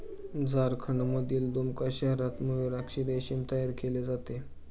झारखंडमधील दुमका शहरात मयूराक्षी रेशीम तयार केले जाते